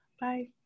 Bye